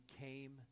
came